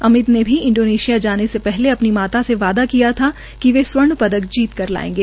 अमित ने इंडोनेशिया जाने से पहले अपनी माता से वादा किया था कि वे स्वर्ण पदक जीत कर लायेंगे